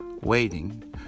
waiting